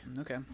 Okay